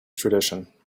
tradition